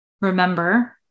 Remember